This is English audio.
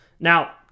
Now